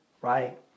right